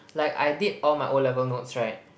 like I did all my O-level notes right